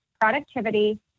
productivity